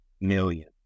million